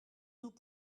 nous